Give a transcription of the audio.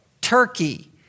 Turkey